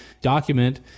document